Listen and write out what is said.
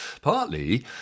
partly